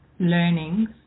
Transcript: Learnings